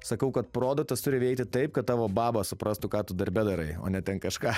sakau kad produktas turi veikti taip kad tavo baba suprastų ką tu darbe darai o ne ten kažką